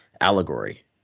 allegory